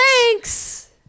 Thanks